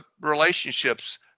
relationships